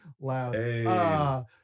loud